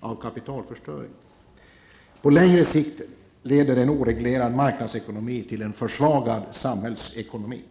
av kapitalförstöring. På längre sikt leder en oreglerad marknadsekonomi till en försvagad samhällsekonomi.